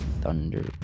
Thunder